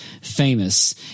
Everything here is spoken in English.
famous